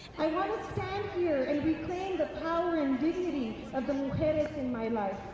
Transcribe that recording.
i wanna stand here and reclaim the power and dignity of the mujeres in my life.